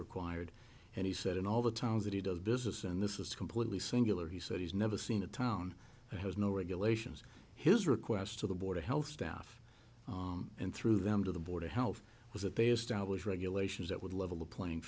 required and he said in all the times that he does business and this is completely singular he said he's never seen a town that has no regulations his request to the board of health staff and through them to the board of health was that they established regulations that would level the playing